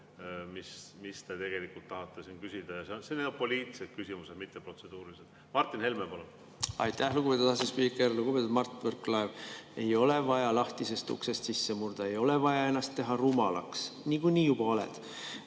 mida te tegelikult tahate küsida, ja need on poliitilised küsimused, mitte protseduurilised. Martin Helme, palun! Aitäh, lugupeetud asespiiker! Lugupeetud Mart Võrklaev! Ei ole vaja lahtisest uksest sisse murda, ei ole vaja ennast teha rumalaks, niikuinii juba oled.